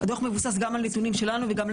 הדוח מבוסס גם על נתונים שלנו וגם על